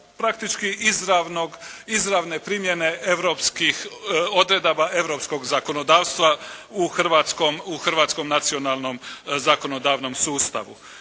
izravnog, izravne primjene europskih, odredaba europskog zakonodavstva u hrvatskom nacionalnom zakonodavnom sustavu.